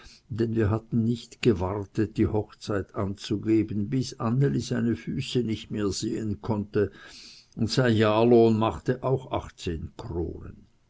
denn wir hatten nicht gewartet die hochzeit anzugeben bis anneli seine füße nicht mehr sehen konnte und sein jahrlohn machte auch achtzehn kronen